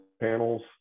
panels